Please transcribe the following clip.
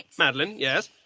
madeleine, yes?